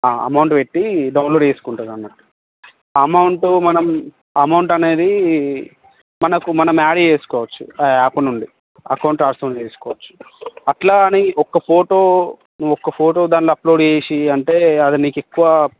amount పెట్టి download చేసుకుంటారు ఆ అమౌంటు మనం అమౌంటు అనేది మనకు మనం యాడ్ చేసుకోవచ్చు ఆ యాప్ నుండి అకౌంట్ ట్రాన్స్ఫర్ చేసుకోచ్చు అట్లా అని ఒక్క ఫోటో నువ్వు ఒక ఫోటో దానిలో అప్లోడ్ చేసి అంటే అది నీకు ఎక్కువ